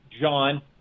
John